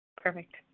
Perfect